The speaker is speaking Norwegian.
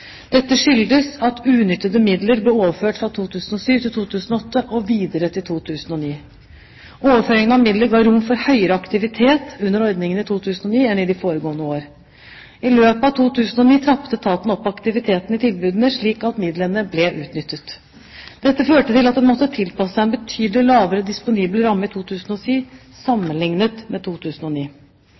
Dette skyldtes at uutnyttede midler ble overført fra 2007 til 2008 og videre til 2009. Overføringen av midler ga rom for høyere aktivitet under ordningen i 2009 enn i de foregående år. I løpet av 2009 trappet etaten opp aktiviteten i tilbudene, slik at midlene ble utnyttet. Dette førte til at en måtte tilpasse seg en betydelig lavere disponibel ramme i 2010 sammenlignet med 2009.